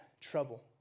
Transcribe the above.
trouble